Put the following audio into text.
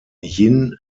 jin